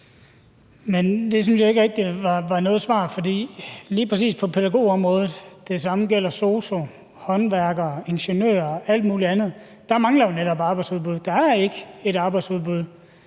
var noget svar, for lige præcis på pædagogområdet – det samme gælder sosu'er, håndværkere, ingeniører og alt muligt andet – mangler der jo netop arbejdsudbud; der er ikke et arbejdsudbud.